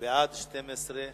חבר הכנסת